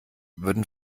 würden